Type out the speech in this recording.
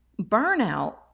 Burnout